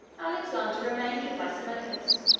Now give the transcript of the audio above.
alexander remained with lysimachus,